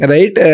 Right